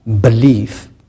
belief